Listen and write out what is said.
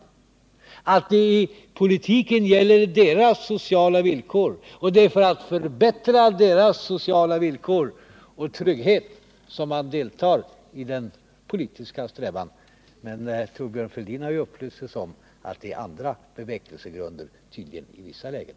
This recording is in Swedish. Jag trodde att det i politiken gällde deras sociala villkor och att det var för att förbättra deras sociala villkor och trygghet som man deltog i den politiska strävan. Men Thorbjörn Fälldin har ju upplyst oss om att det tydligen är andra bevekelsegrunder i vissa lägen.